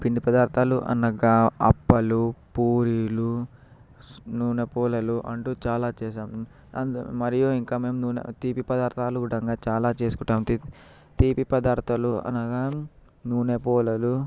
పిండి పదార్థాలను అనగా అప్పలు పూరీలు నూనె పోలలు అంటే చాలా చేశాం అండ్ మరియు ఇంకా మేము నూనె తీపి పదార్థాలు కూడా చాలా చేసుకుంటాం తీపి పదార్థాలు అనగా నూనె పోలలు